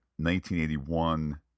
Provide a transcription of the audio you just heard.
1981